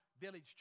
village